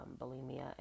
bulimia